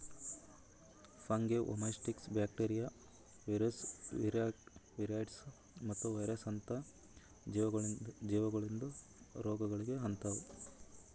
fungi, oomycetes, bacteria, viruses, viroids ಮತ್ತ virus ಅಂತ ಜೀವಿಗೊಳಿಂದ್ ರೋಗಗೊಳ್ ಆತವ್